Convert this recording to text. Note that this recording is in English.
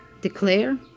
declare